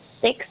six